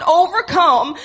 overcome